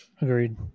Agreed